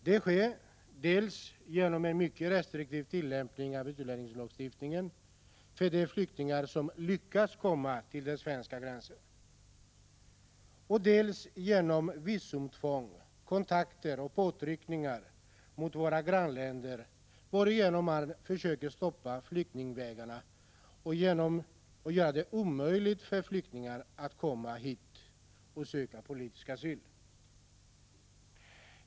Det sker dels genom en mycket restriktiv tillämpning av utlänningslagstiftningen för de flyktingar som lyckas komma till den svenska gränsen, dels genom visumtvång, kontakter med och påtryckningar mot våra grannländer, varigenom man försöker blockera flyktingvägarna och göra det omöjligt för flyktingar att komma hit och söka politisk asyl.